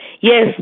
Yes